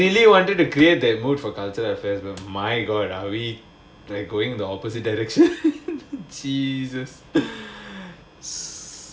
இதுலயே வந்து:idhulayae vandhu I really wanted to clear that module for cultural affairs though my god are we like going the opposite direction jesus